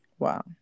Wow